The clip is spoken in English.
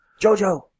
JoJo